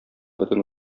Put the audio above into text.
бөтен